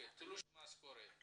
הוא